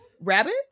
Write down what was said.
Rabbit